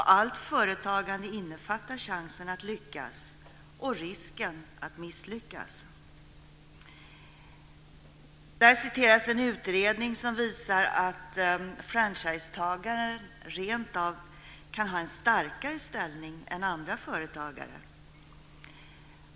Allt företagande innefattar chansen att lyckas och risken att misslyckas. Där citeras en utredning som visar att franchisetagaren rentav kan ha en starkare ställning än andra företagare.